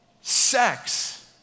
sex